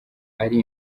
ari